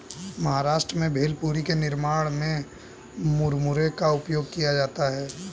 महाराष्ट्र में भेलपुरी के निर्माण में मुरमुरे का उपयोग किया जाता है